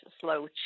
slow